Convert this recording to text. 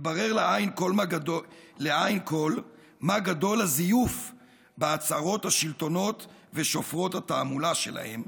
יתברר לעין כול מה גדול הזיוף בהצהרות השלטונות ושופרות התעמולה שלהם,